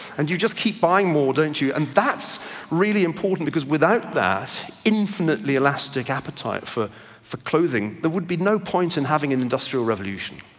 and you just keep buying more, don't you, and that's really important, because without that infinitely elastic appetite for for clothing there would be no point in having an industrial revolution.